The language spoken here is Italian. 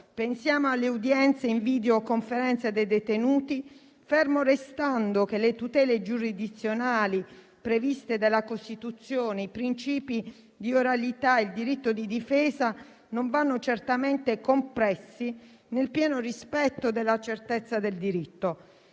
Pensiamo alle udienze in videoconferenza dei detenuti, fermo restando che le tutele giurisdizionali previste dalla Costituzione, i principi di oralità e il diritto di difesa, non vanno certamente compressi, nel pieno rispetto della certezza del diritto.